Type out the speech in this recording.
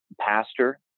pastor